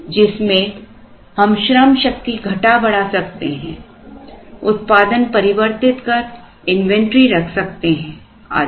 जिसमें हम श्रम शक्ति घटा बढ़ा सकते हैं उत्पादन परिवर्तित कर इन्वेंटरी रख सकते हैं आदि